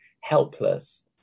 helpless